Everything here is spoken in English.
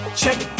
check